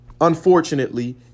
unfortunately